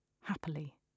happily